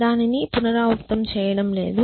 దానిని పునరావృతం చేయడం లేదు